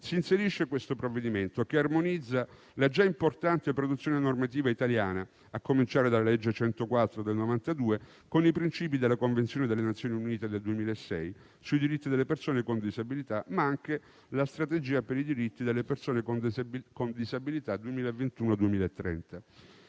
si inserisce questo provvedimento, che armonizza la già importante produzione normativa italiana (a cominciare dalla legge 5 febbraio 1992, n. 104) con i principi della Convenzione delle Nazioni Unite sui diritti delle persone con disabilità del 2006 e la Strategia sui diritti delle persone con disabilità 2021-2030.